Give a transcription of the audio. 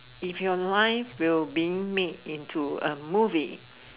if you life will been meeting to a movie